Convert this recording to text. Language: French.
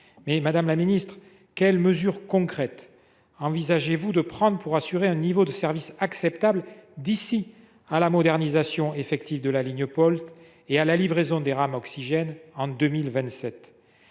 Pour autant, quelles mesures concrètes le Gouvernement entend il prendre pour assurer un niveau de service acceptable, d’ici à la modernisation effective de la ligne Polt et à la livraison des rames Oxygène, en 2027 ?